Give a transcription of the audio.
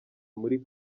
muri